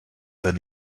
then